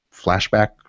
flashback